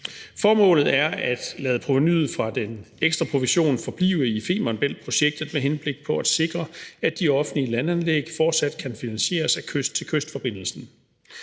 Formålet er at lade provenuet fra den ekstra provision forblive i Femern Bælt-projektet med henblik på at sikre, at de offentlige landanlæg fortsat kan finansieres af kyst til kyst-forbindelsen.